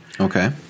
Okay